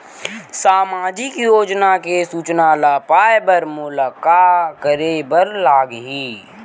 सामाजिक योजना के सूचना ल पाए बर मोला का करे बर लागही?